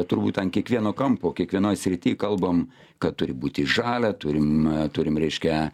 turbūt ant kiekvieno kampo kiekvienoj srity kalbam kad turi būti žalia turim turim reiškia